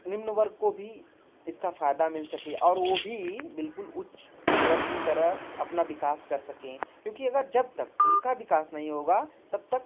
निम्न वर्ग को भी इसका फ़ायदा मिल सके और वह भी बिल्कुल उच्च वर्ग की तरह अपना विकास कर सके क्योंकि अगर जब तक उनका विकास नहीं होगा तब तक